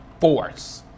force